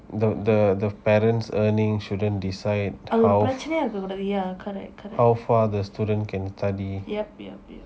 the the the parents earning shouldn't decide how how far the student can study